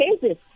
cases